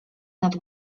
nad